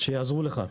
שיעזרו לך.